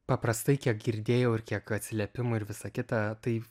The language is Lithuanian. paprastai kiek girdėjau ir kiek atsiliepimų ir visa kita tai